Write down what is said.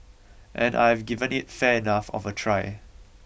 and I've given it fair enough of a try